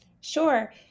Sure